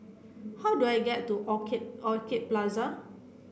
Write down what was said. how do I get to Orchid Orchid Plaza